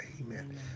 amen